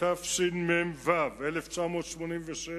התשמ"ו 1986,